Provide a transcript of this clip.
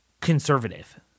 conservative